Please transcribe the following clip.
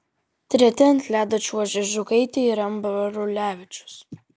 treti ant ledo čiuožė žukaitė ir ambrulevičius